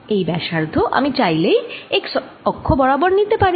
এই ব্যসার্ধ আমি চাইলেই x অক্ষ বরাবর নিতে পারি